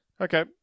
Okay